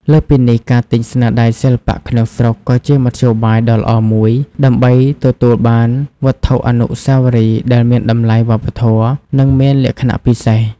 លើសពីនេះ ការទិញស្នាដៃសិល្បៈក្នុងស្រុកក៏ជាមធ្យោបាយដ៏ល្អមួយដើម្បីទទួលបានវត្ថុអនុស្សាវរីយ៍ដែលមានតម្លៃវប្បធម៌ និងមានលក្ខណៈពិសេស។